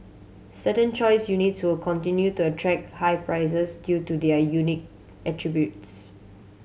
certain choice units will continue to attract high prices due to their unique attributes